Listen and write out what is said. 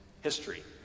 history